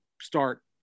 start